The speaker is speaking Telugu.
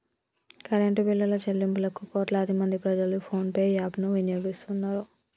కరెంటు బిల్లుల చెల్లింపులకు కోట్లాది మంది ప్రజలు ఫోన్ పే యాప్ ను వినియోగిస్తున్నరు